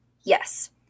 Yes